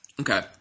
Okay